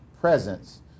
presence